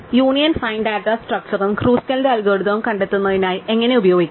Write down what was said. union find data സ്ട്രക്ച്ചറും ക്രുസ്കലിന്റെ അൽഗോരിതവും കണ്ടെത്തുന്നതിനായി എങ്ങനെ ഉപയോഗിക്കാം